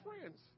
friends